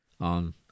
on